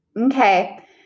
Okay